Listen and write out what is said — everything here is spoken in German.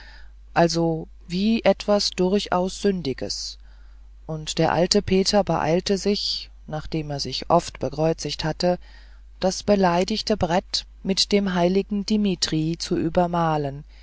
also wie etwas durchaus sündiges und der alte peter beeilte sich nachdem er sich oft bekreuzt hatte das beleidigte brett mit einem heiligen dmitrij zu übermalen